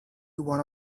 one